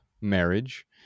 marriage